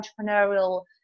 entrepreneurial